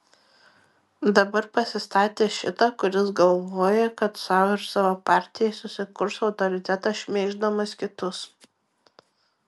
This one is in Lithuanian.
dabar pasistatė šitą kuris galvoja kad sau ir savo partijai susikurs autoritetą šmeiždamas kitus